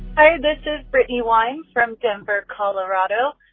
hi. this is brittany wines from denver, colo, ah but